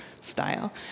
style